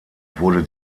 wurde